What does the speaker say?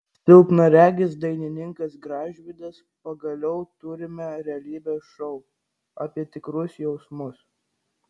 silpnaregis dainininkas gražvydas pagaliau turime realybės šou apie tikrus jausmus